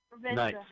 Nice